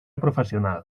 professional